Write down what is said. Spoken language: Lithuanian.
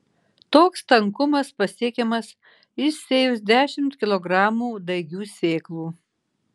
toks tankumas pasiekiamas išsėjus dešimt kilogramų daigių sėklų